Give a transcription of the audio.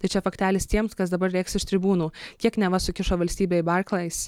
tai čia faktelis tiems kas dabar rėks iš tribūnų kiek neva sukišo valstybė į barklais